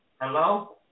Hello